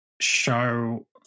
show